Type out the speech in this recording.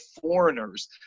foreigners